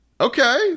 Okay